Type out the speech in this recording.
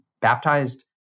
baptized